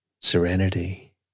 serenity